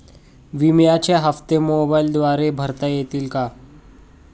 विम्याचे हप्ते मोबाइलद्वारे भरता येतील का?